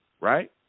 Right